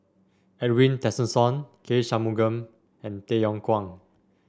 Edwin Tessensohn K Shanmugam and Tay Yong Kwang